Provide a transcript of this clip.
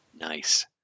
Nice